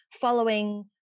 following